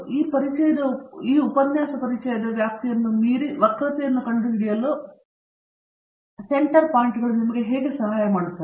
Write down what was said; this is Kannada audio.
ಈ ಪರಿಚಯ ಉಪನ್ಯಾಸದ ವ್ಯಾಪ್ತಿಯನ್ನು ಮೀರಿ ವಕ್ರತೆಯನ್ನು ಕಂಡುಹಿಡಿಯಲು ಸೆಂಟರ್ ಪಾಯಿಂಟುಗಳು ನಿಮಗೆ ಹೇಗೆ ಸಹಾಯ ಮಾಡುತ್ತದೆ